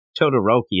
Todoroki